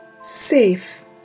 safe